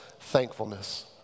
thankfulness